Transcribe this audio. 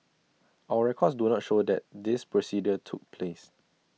our records do not show that this procedure took place